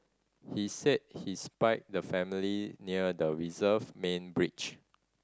he said he spied the family near the reserve main bridge